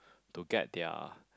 to get their